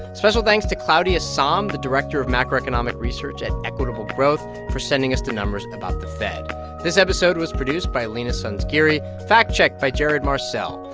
special thanks to claudia sahm, the director of macroeconomic research at equitable growth, for sending us the numbers about the fed this episode was produced by leena sanzgiri, fact-checked by jared marcelle.